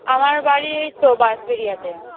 আমার বাড়ি এই তো বাঁশবেড়িয়াতে